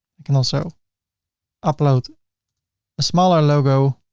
i can also upload a smaller logo